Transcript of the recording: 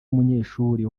umunyeshuri